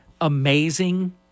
amazing